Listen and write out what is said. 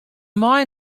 mei